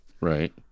Right